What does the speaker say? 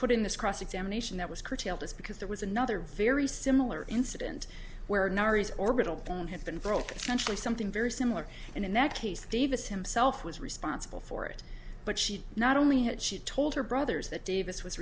put in this cross examination that was curtailed is because there was another very similar incident where neris orbital bone had been broken country something very similar and in that case davis himself was responsible for it but she not only had she told her brothers that davis was